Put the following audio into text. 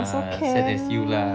ah same as you lah